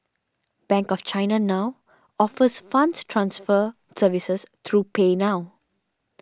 Bank of China now offers funds transfer services through PayNow